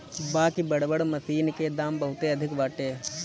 बाकि बड़ बड़ मशीन के दाम बहुते अधिका बाटे